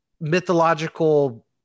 mythological